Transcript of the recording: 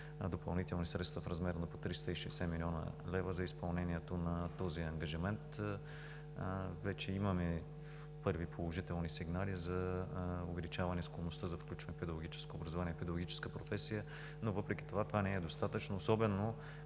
допълнителни средства в размер на по 360 млн. лв. за изпълнението на този ангажимент. Вече имаме първи положителни сигнали за увеличаване склонността за включване в педагогическото образование, в педагогическата професия, но това не е достатъчно, особено